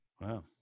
Wow